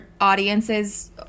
audiences